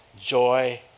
joy